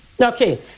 Okay